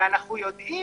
ואנחנו יודעים